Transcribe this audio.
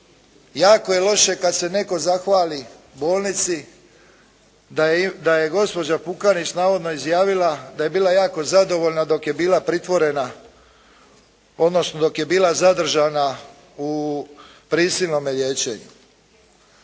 jako je loše kad se netko zahvali bolnici da je gospođa Pukanić navodno izjavila da je bila jako zadovoljna dok je bila pritvorena odnosno dok je bila zadržana u prisilnome liječenju.